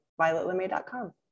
VioletLemay.com